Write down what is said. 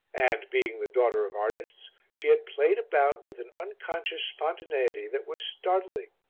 and, being the daughter of artists, she had played about with an unconscious spontaneity that was startling.